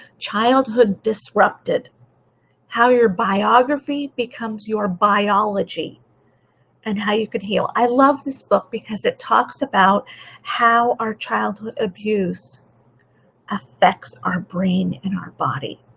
childhood disrupted how your biography becomes your biology and how you can heal. i love this book because it talks about how our childhood abuse affects our brain and our body